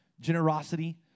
generosity